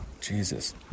Jesus